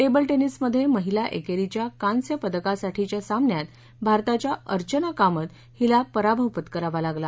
table टेनिसमध्ये महिला एकेरीच्या कांस्य पदकासाठीच्या सामन्यात भारताच्या अर्चना कामत हीला पराभव पत्करावा लागला